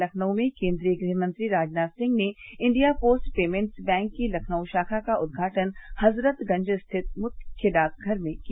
लखनऊ में केन्द्रीय गृहमंत्री राजनाथ सिंह ने इंडिया पोस्ट पेमेंट्स बैंक की लखनऊ शाखा का उद्घाटन हजरतगंज स्थित मुख्य डाकघर में किया